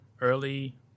early